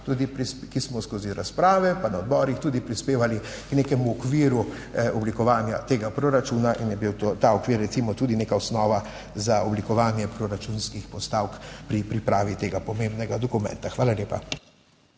ki smo skozi razprave pa na odborih tudi prispevali k nekemu okviru oblikovanja tega proračuna in je bil ta okvir recimo tudi neka osnova za oblikovanje proračunskih postavk pri pripravi tega pomembnega dokumenta. Hvala lepa.